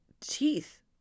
teeth